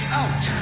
out